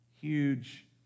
huge